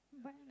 but